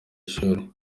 ishuri